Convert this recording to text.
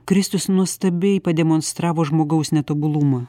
kristus nuostabiai pademonstravo žmogaus netobulumą